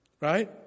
right